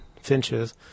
finches